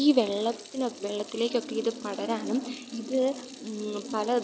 ഈ വെള്ളത്തിനോ വെള്ളത്തിലേക്ക് ഒക്കെ ഇത് പടരാനും ഇത് പല